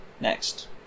Next